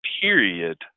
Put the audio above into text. period